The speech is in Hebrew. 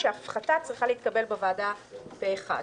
שההפחתה צריכה להתקבל בוועדה פה אחד.